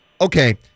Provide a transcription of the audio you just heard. Okay